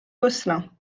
gosselin